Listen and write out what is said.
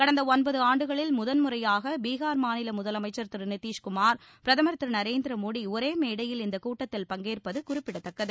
கடந்த ஒன்பது ஆண்டுகளில் முதன்முறையாக பீகார் மாநில முதலமைச்சர் திரு நிதிஷ்குமார் பிரதமர் திரு நரேந்திர மோடி ஒரே மேடையில் இந்த கூட்டத்தில் பங்கேற்பது குறிப்பிடத்தக்கது